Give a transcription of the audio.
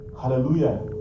Hallelujah